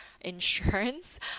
insurance